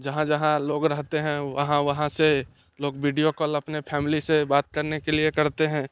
जहाँ जहाँ लोग रहते हैं वहाँ वहाँ से लोग वीडियो कॉल अपने फैमिली से बाद करने के लिए करते हैं